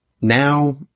Now